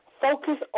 Focus